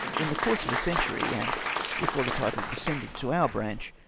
in the course of a century, and before the title descended to our branch,